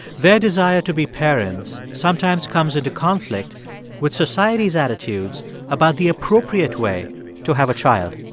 their desire to be parents sometimes comes into conflict with society's attitudes about the appropriate way to have a child.